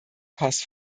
pass